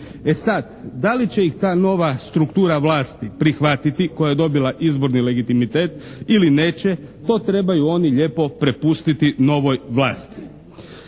E sad da li će ih ta nova struktura vlasti prihvatiti koja je dobila izborni legitimitet ili neće, to trebaju oni lijepo prepustiti novoj vlasti.